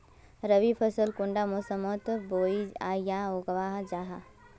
रवि फसल कुंडा मोसमोत बोई या उगाहा जाहा?